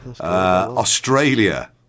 Australia